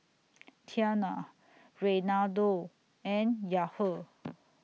Tiana Reinaldo and Yahir